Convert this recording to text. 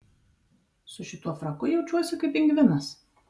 su šituo fraku jaučiuosi kaip pingvinas